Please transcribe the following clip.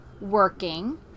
working